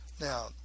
Now